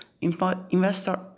Investor